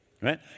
right